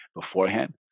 beforehand